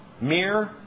mere